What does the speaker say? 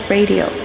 Radio